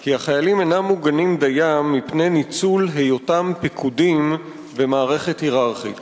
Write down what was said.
כי החיילים אינם מוגנים דיים מפני ניצול היותם פקודים במערכת הייררכית.